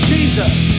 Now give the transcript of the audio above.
Jesus